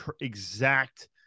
exact